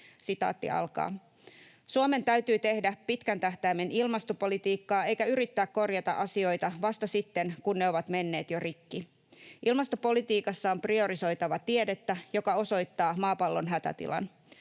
huhtikuussa: ”Suomen täytyy tehdä pitkän tähtäimen ilmastopolitiikkaa eikä yrittää korjata asioita vasta sitten, kun ne ovat menneet jo rikki. Ilmastopolitiikassa on priorisoitava tiedettä, joka osoittaa maapallon hätätilan.